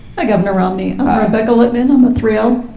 hi, governor romney rebecca lipman. i'm a three l.